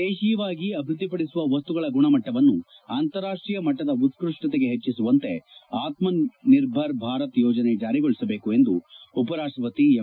ದೇತೀಯವಾಗಿ ಅಭಿವ್ಯದ್ಲಿ ಪಡಿಸುವ ವಸ್ತುಗಳ ಗುಣಮಟ್ಟವನ್ನು ಅಂತಾರಾಷ್ಷೀಯ ಮಟ್ಟದ ಉತ್ತಷ್ಟತೆಗೆ ಹೆಚ್ಚಿಸುವಂತೆ ಆತ್ತ ನಿರ್ಭರ್ ಭಾರತ್ ಯೋಜನೆ ಜಾರಿಗೊಳಿಸಬೇಕು ಎಂದು ಉಪರಾಷ್ಷಪತಿ ಎಂ